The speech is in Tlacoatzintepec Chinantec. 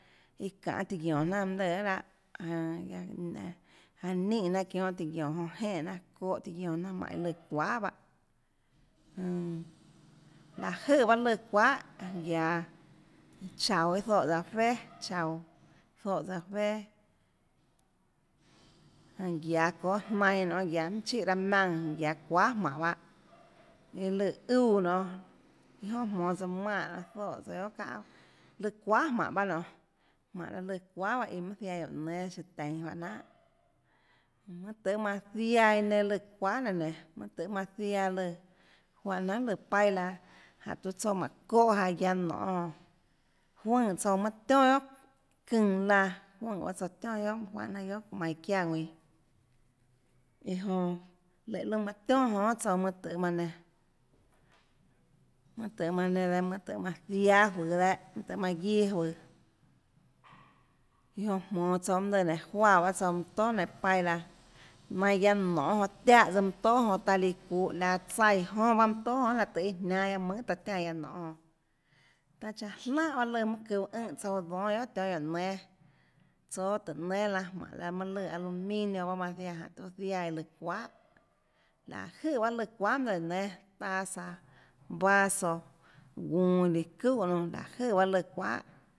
Iã çanê tiã guiónå jnanà mønâ lùã lahâ ønå aã ninè jnanà çionhâ tiã guiónå jnanà jonã jenè jnanàçóhã tiã guiónå jnanàjmánhå iã lùã çuahà pahâ ønå láhå jøè pahâ lùã çuahà guiaå chaúå iã zoè aã féàchaúå zoè tsøã aã féà guiaå çóâ jnainã nonê guiaå minhà chíhà raâ maùnã guiaå çuahà jmánhå bahâ iã lùã úã nonê iâ jonà jmonå tsouã manè zoè tsøã guohà çaâ auà lùã çuahà jmánhå bahâ nonê jmánhå laã lùã çuahà iã mønã ziaã guióå nénâ siã tenå juáhã jnanhà mønâ tøhê manã ziaã iã lùã çuahà nenã mønâ thê manã ziaã lùã juáhã jnanhà lùã paila jánhå tiuã tsouã mánhå çóhã jaå guiaå nonê jonã juønè tsouã mønã tionà guiohà çønã laã juønè tsouã tionà guiohà juánhã jnanà guiohà manã iã çiáã ðuinã iã jonã léå luã manã tionà jonã guiohà tsouãmønâ tøhê manã nenã mønâ tøhê manã nenã dehâ mønâ tøhê manã jiáâ juøå dehâ manã guiâ juøå iã jonã jmonå tsouã mønâ lùã nénå juáã bahâ tsouã mønã tóà nainhå paila nainhå guiaå nonê jonã tiáhã tsøã mønã tóà jonã jonã taã líã çuuhå laå tsaíã jonã mønâ tóà jonã lahê tøhê iã jniánâ guiaâ mønhàtaã tiánã guiaå nonê jonã taã chánhã jlánhà bahâ lùã mønâ çuhå ùnhã tsouã dónâ tionhâguióå nénâ tsoå tùhå nénâ laã jmánhå laã lùã alumnio bahâ manã ziaã jánhå tiuã ziaã iã løã çuahà láhå jøè bahâ iã lùã çuahà mønâ lùã guióå nénâ taza vaso guunå líã çúhà nunã láhå jøè paâ lùã çuahà